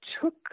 took